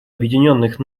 объединенных